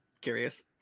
curious